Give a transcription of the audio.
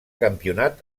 campionat